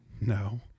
No